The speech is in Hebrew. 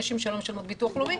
נשים שלא משלמות ביטוח לאומי,